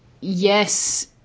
Yes